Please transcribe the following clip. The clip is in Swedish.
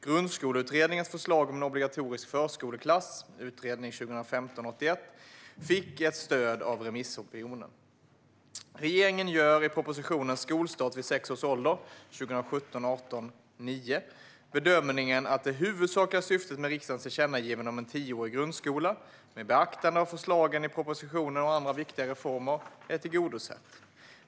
Grundskoleutredningens förslag om en obligatorisk förskoleklass fick också ett stöd av remissopinionen. Regeringen gör i propositionen Skolstart vid sex års ålder bedömningen att det huvudsakliga syftet med riksdagens tillkännagivanden om en tioårig grundskola, med beaktande av förslagen i propositionen och andra viktiga reformer, är tillgodosett.